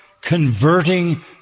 converting